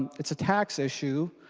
it's a tax issue.